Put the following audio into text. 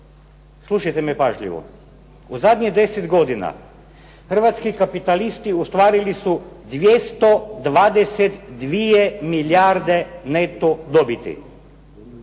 Slušajte me pažljivo, u zadnjih 10 godina hrvatski kapitalisti ostvarili su 222 milijarde neto dobiti.